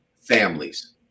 Families